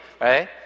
right